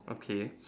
okay